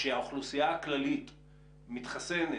שהאוכלוסייה הכללית מתחסנת,